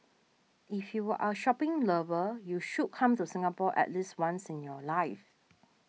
if you are a shopping lover you should come to Singapore at least once in your life